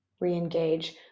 re-engage